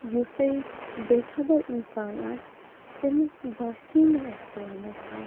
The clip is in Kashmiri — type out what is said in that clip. یُسٕے بے خبر اِنسان آسہِ تٔمِس باسی نہٕ اسہِ دوٚن منٛز کانٛہہ